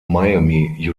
miami